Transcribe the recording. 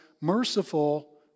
merciful